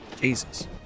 Jesus